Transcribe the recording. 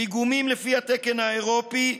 פיגומים לפי התקן האירופי,